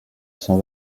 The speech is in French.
sont